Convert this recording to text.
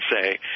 say